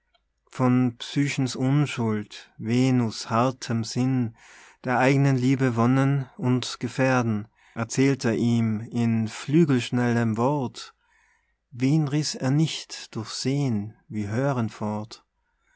von psychens unschuld venus hartem sinn der eignen liebe wonnen und gefährden erzählt er ihm in flügelschnellem wort wen riss er nicht durch sehn wie hören fort